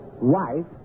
Wife